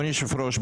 אדוני היושב ראש,